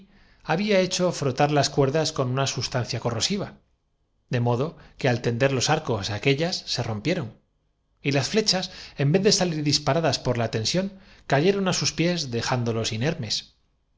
había hecho frotar las cuerdas con una sustancia san che exclamó toda la corte presa de senti corrosiva de modo que al tender los arcos aquellas se mientos distintos rompieron y las flechas en vez de salir disparadas por traición gritó hien ti ante la resurrección de la tensión cayeron á sus piés dejándolos inermes